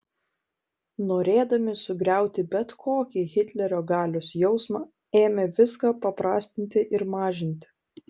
norėdami sugriauti bet kokį hitlerio galios jausmą ėmė viską paprastinti ir mažinti